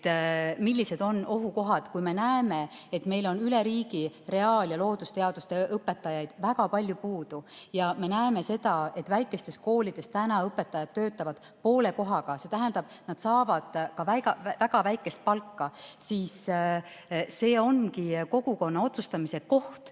millised on ohukohad. Kui me näeme, et meil on üle riigi reaal‑ ja loodusteaduste õpetajaid väga palju puudu, ja näeme, et väikestes koolides õpetajad töötavad poole kohaga, see tähendab, et nad saavad ka väga väikest palka, siis see ongi kogukonna otsustamise koht.